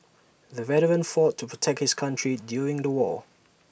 the veteran fought to protect his country during the war